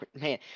man